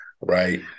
right